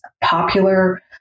popular